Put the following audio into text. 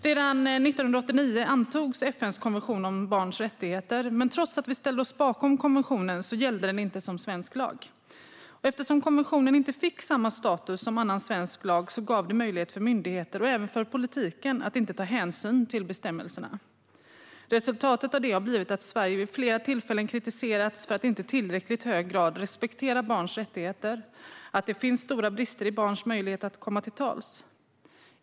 Redan 1989 antogs FN:s konvention om barnets rättigheter, men trots att vi ställde oss bakom konventionen gällde den inte som svensk lag. Eftersom konventionen inte fick samma status som annan svensk lag gav det möjlighet för myndigheter och även för politiken att inte ta hänsyn till bestämmelserna. Resultatet av det har blivit att Sverige vid flera tillfällen har kritiserats för att inte i tillräckligt hög grad respektera barns rättigheter och att det finns stora brister i barns möjlighet att komma till tals.